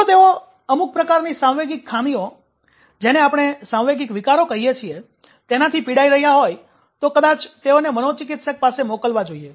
જો તેઓ અમુક પ્રકારની સાંવેગિક ખામીઓ જેને આપણે સાંવેગિક વિકારો કહીએ છીએ તેનાથી પીડાઈ રહ્યા હોય તો કદાચ તેઓને મનોચિકિત્સક પાસે મોકલવા જોઈએ